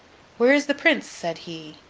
where is the prince said he.